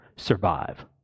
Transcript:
survive